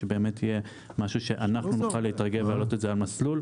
בשביל שבאמת זה יהיה משהו שאנחנו נוכל להתארגן ולהעלות את זה על המסלול?